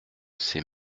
c’est